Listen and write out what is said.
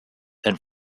and